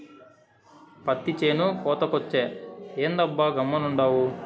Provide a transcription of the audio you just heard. పత్తి చేను కోతకొచ్చే, ఏందబ్బా గమ్మునుండావు